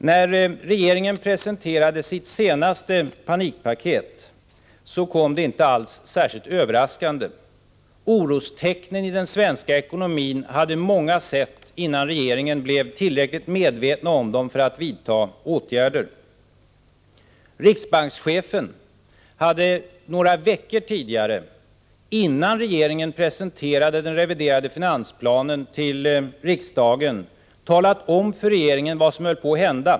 När regeringen presenterade sitt senaste panikpaket, kom det inte alls särskilt överraskande. Orostecknen i den svenska ekonomin hade många sett innan regeringen blev tillräckligt medveten om dem för att vidta åtgärder. Riksbankschefen hade några veckor tidigare — innan regeringen presenterade den reviderade finansplanen för riksdagen — talat om för regeringen vad som höll på att hända.